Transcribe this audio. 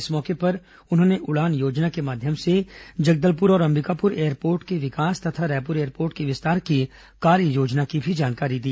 इस मौके पर उन्होंने उड़ान योजना के माध्यम से जगदलपुर और अंबिकापुर एयरपोर्ट के विकास तथा रायपुर एयरपोर्ट के विस्तार की कार्ययोजना की भी जानकारी दी